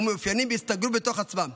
ומאופיינים בהסתגרות בתוך עצמם,